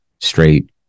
straight